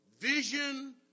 Vision